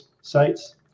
sites